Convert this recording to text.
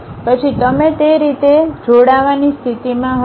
પછી તમે તે રીતે તે રીતે જોડાવાની સ્થિતિમાં હશો